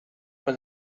when